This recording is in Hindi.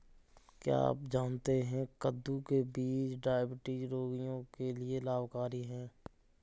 क्या आप जानते है कद्दू के बीज डायबिटीज रोगियों के लिए लाभकारी है?